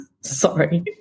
Sorry